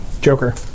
Joker